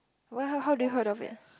why how how do you heard of it